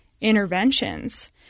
interventions